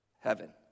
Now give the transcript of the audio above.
Heaven